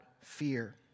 fear